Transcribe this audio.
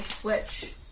switch